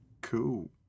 Cool